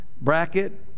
bracket